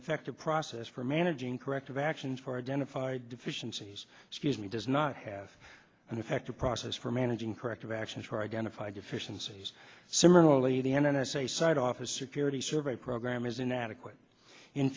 effective process for managing corrective actions for identified deficiencies excuse me does not have an effective process for managing corrective actions for identify deficiencies similarly the n s a site office security survey program is inadequate in